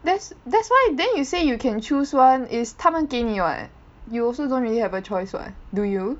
that's that's why then you say you can choose one is 他们给你 [what] you also don't really have a choice [what] do you